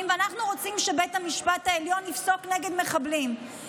ואנחנו רוצים שבית המשפט העליון יפסוק נגד מחבלים,